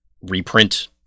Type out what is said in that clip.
reprint